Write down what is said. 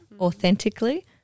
authentically